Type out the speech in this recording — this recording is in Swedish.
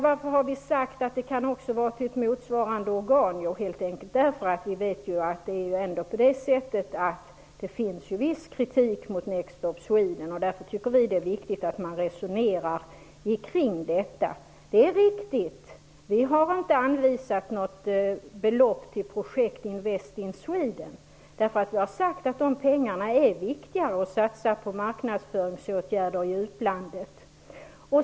Varför har vi sagt att det kan vara till ett motsvarande organ? Jo, helt enkelt därför att vi vet att det finns kritik mot Next Stop Sweden. Därför tycker vi att det är viktigt att man resonerar kring detta. Det är riktigt att vi inte har anvisat något belopp till projektet Invest in Sweden. Vi har sagt att det är viktigare att satsa de pengarna på marknadsföringsåtgärder i utlandet.